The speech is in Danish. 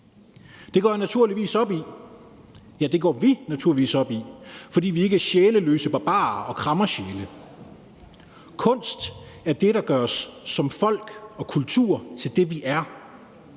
Det går jeg naturligvis op i, ja, det går vi naturligvis op i, fordi vi ikke er sjælløse barbarer og kræmmersjæle. Kunst er det, der gør os som folk og kultur til det, vi er.